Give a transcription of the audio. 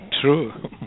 true